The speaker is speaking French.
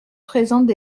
présentent